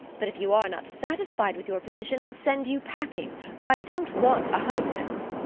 but if you are not satisfied with your position, i'll send you packing, for i don't want a husband.